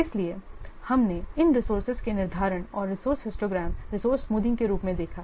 इसलिए हमने इन रिसोर्सेज के निर्धारण और रिसोर्से हिस्टोग्राम रिसोर्स स्मूथिंग के रूप में देखा है